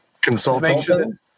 consultant